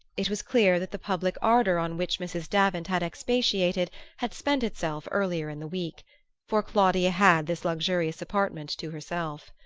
it was clear that the public ardor on which mrs. davant had expatiated had spent itself earlier in the week for claudia had this luxurious apartment to herself.